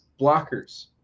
blockers